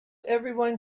everyone